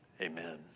Amen